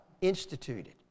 instituted